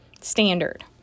standard